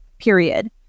period